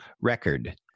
record